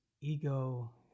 ego